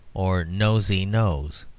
or nosey knows,